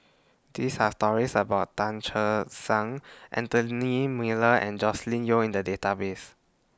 These Are stories about Tan Che Sang Anthony Miller and Joscelin Yeo in The Database